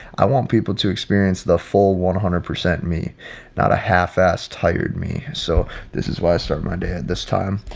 i want people to experience the full one hundred percent me not a half fast hired me. so this is why i start my day at this time,